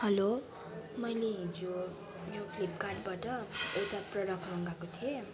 hello मैले हिजो यो फ्लिपकार्टबाट एउटा प्रोडक्ट मगाएको थिएँ